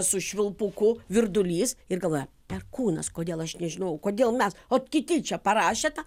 su švilpuku virdulys ir galvoja perkūnas kodėl aš nežinojau kodėl mes ot kiti čia parašė tą